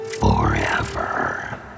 forever